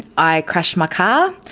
i crashed my car,